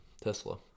Tesla